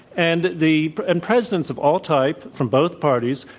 and the and presidents of all type, from both parties,